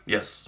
Yes